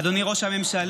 אדוני ראש הממשלה,